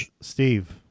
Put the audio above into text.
Steve